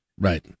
Right